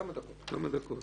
כמה דקות.